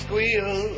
Squeal